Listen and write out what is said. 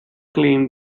claimed